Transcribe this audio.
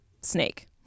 Snake